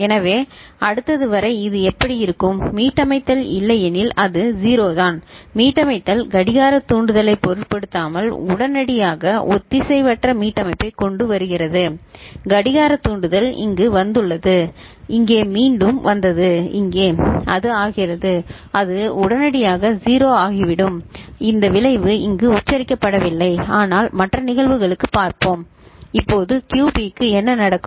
எனவே அடுத்தது வரை இது எப்படி இருக்கும் மீட்டமைத்தல் இல்லையெனில் அது 0 தான் மீட்டமைத்தல் கடிகாரத் தூண்டுதலைப் பொருட்படுத்தாமல் உடனடியாக ஒத்திசைவற்ற மீட்டமைப்பைக் கொண்டுவருகிறது கடிகாரத் தூண்டுதல் இங்கு வந்துள்ளது இங்கே மீண்டும் வந்தது இங்கே அது ஆகிறது - அது உடனடியாக 0 ஆகிவிடும் இந்த விளைவு இங்கு உச்சரிக்கப்படவில்லை ஆனால் மற்ற நிகழ்வுகளுக்கு பார்ப்போம் இப்போது QB க்கு என்ன நடக்கும்